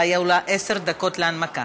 והיו לה עשר דקות להנמקה.